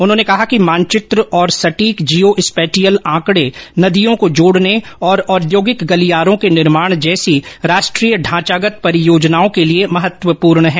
उन्होंने कहा कि मानचित्र और सटीक जियो स्पैटियल आंकड़े नदियों को जोड़ने और औद्योगिक गलियारों के निर्माण जैसी राष्ट्रीय ढांचागत परियोजनाओं के लिए महत्वपूर्ण हैं